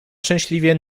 szczęśliwie